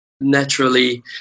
naturally